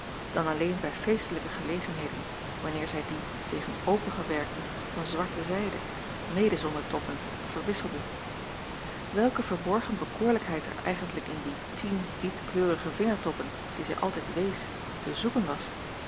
dan alleen bij feestelijke gelegenheden wanneer zij die tegen opengewerkte van zwarte zijde mede zonder toppen verwisselde welke verborgen bekoorlijkheid er eigentlijk in die tien bietkleurige vingertoppen die zij altijd wees te zoeken was